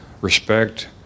respect